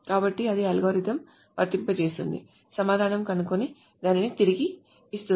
కాబట్టి అది ఆ అల్గోరిథంను వర్తింపజేస్తుంది సమాధానం కనుగొని దానిని తిరిగి ఇస్తుంది